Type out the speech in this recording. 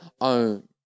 own